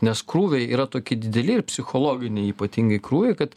nes krūviai yra toki dideli ir psichologiniai ypatingai krūviai kad